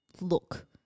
look